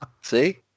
See